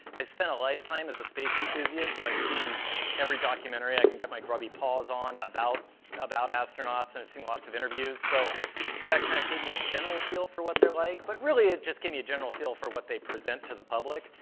i spent a lifetime as a space enthusiast, so i've seen every documentary i can get my grubby paws on about about astronauts and seen lots of interviews. so that kind of gave me a general feel for what they're like, but, really, it just gave me a general feel for what they present to the public.